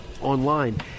online